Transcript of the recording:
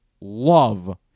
love